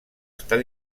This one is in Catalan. estar